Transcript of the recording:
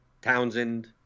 Townsend